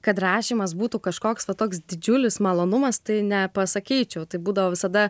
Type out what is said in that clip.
kad rašymas būtų kažkoks va toks didžiulis malonumas tai ne pasakyčiau tai būdavo visada